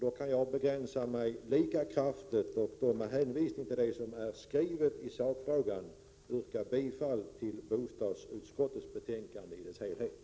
Då kan jag begränsa mig till att hänvisa till vad som har skrivits i sakfrågan och yrka bifall till utskottets hemställan i dess helhet.